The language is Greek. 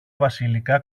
βασιλικά